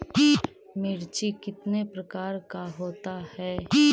मिर्ची कितने प्रकार का होता है?